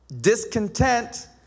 discontent